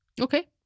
Okay